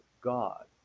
God